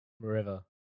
river